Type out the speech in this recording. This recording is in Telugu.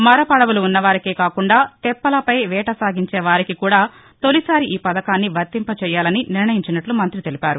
మరపడవలు ఉన్నవారికే కాకుండా తెప్పలపై వేట సాగించే వారికి కూడా తొలిసారి ఈ పథకాన్ని పర్తింప చేయాలని నిర్ణయించినట్లు మంత్రి తెలిపారు